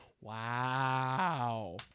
wow